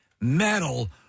metal